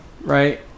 right